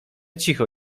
cicho